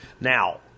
Now